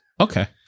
Okay